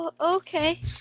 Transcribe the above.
okay